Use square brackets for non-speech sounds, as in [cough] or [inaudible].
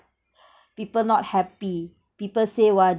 [breath] people not happy people say !wah!